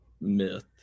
myth